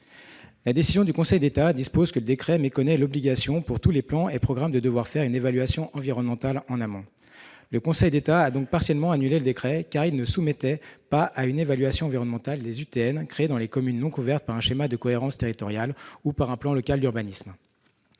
La décision du Conseil d'État précise que le décret méconnaît l'obligation pour tous les plans et programmes de procéder à une évaluation environnementale en amont. Le Conseil d'État a donc partiellement annulé le décret, qui ne soumettait pas à une évaluation environnementale les UTN créées dans les communes non couvertes par un schéma de cohérence territoriale ou par un plan local d'urbanisme.